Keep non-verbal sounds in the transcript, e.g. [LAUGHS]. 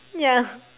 yeah [LAUGHS]